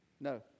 No